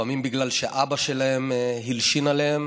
לפעמים בגלל שאבא שלהם הלשין עליהם